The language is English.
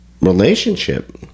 relationship